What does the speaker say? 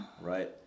Right